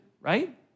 right